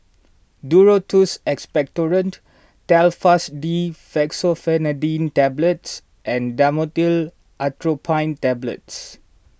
Duro Tuss Expectorant Telfast D Fexofenadine Tablets and Dhamotil Atropine Tablets